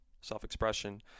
self-expression